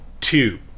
two